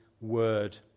Word